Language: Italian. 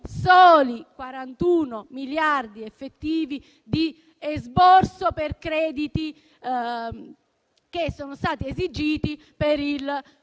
soli 41 miliardi effettivi di esborso per crediti, che sono stati riscossi per il